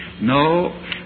no